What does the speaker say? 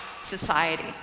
society